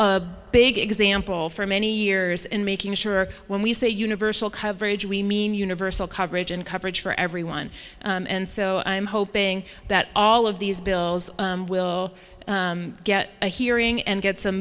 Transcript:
a big example for many years in making sure when we say universal coverage we mean universal coverage and coverage for everyone and so i'm hoping that all of these bills will get a hearing and get some